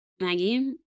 Maggie